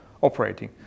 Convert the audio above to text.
operating